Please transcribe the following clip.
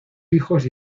hijos